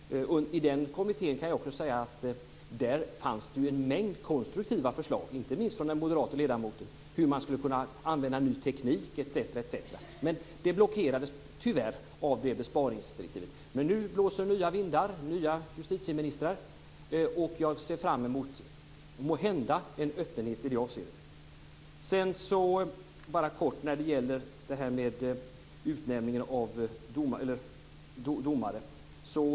Jag kan också säga att i den kommittén fanns en mängd konstruktiva förslag, inte minst från den moderate ledamoten, hur man skulle kunna använda ny teknik etc. Det blockerades tyvärr av besparingsdirektivet. Men nu blåser det nya vindar, och vi har en ny justitieminister. Jag ser fram mot, måhända, en ny öppenhet i det avseendet. Jag vill bara kort säga en sak när det gäller utnämningen av domare.